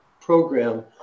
program